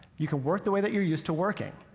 you can work the way that you're used to working.